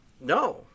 No